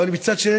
מצד שני,